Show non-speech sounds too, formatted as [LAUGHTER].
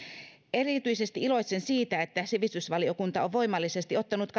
erityisesti iloitsen siitä että sivistysvaliokunta on voimallisesti ottanut [UNINTELLIGIBLE]